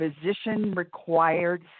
physician-required